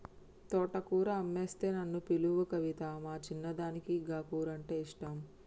తోటకూర అమ్మొస్తే నన్ను పిలువు కవితా, మా చిన్నదానికి గా కూరంటే ఇష్టం